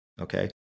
okay